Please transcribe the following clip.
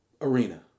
arena